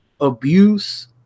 abuse